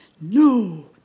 No